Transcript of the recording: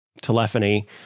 telephony